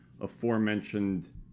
aforementioned